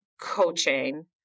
coaching